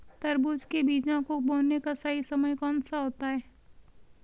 तरबूज के बीजों को बोने का सही समय कौनसा होता है?